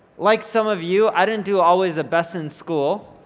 like some of you i didn't do always the best in school,